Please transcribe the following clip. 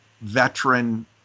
veteran